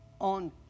on